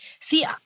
See